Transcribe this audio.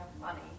money